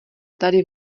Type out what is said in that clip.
tady